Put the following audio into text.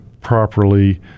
properly